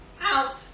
out